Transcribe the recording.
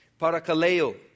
Parakaleo